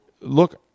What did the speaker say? look